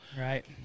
Right